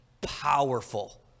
powerful